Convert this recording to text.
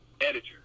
editor